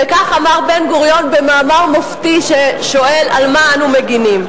וכך אמר בן-גוריון במאמר מופתי ששואל על מה אנו מגינים,